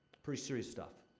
pretty serious stuff.